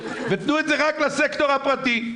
ותנו את זה רק לסקטור הפרטי.